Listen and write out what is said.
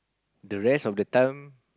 the rest of the time